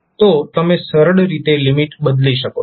તો તમે સરળ રીતે લિમીટ બદલી શકો છો